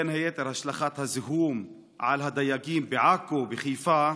בין היתר על השלכת הזיהום על הדייגים בעכו, בחיפה,